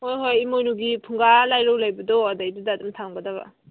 ꯍꯣꯏ ꯍꯣꯏ ꯏꯃꯣꯏꯅꯨꯒꯤ ꯐꯨꯡꯒꯥ ꯂꯥꯏꯔꯨ ꯂꯩꯕꯗꯣ ꯑꯗꯨꯒꯤꯗꯨꯗ ꯑꯗꯨꯝ ꯊꯝꯒꯗꯕ